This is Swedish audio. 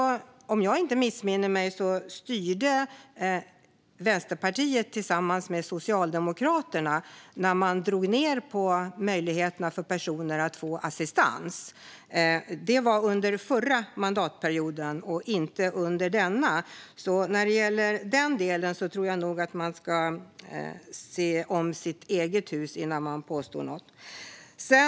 Om jag inte missminner mig så styrde Vänsterpartiet tillsammans med Socialdemokraterna när man drog ned på möjligheterna för personer att få assistans. Det var under den förra mandatperioden och inte under denna, så när det gäller den delen tror jag nog att man ska se om sitt eget hus innan man påstår något.